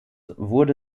wurde